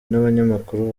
n’abanyamakuru